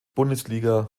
bundesliga